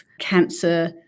cancer